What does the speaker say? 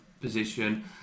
position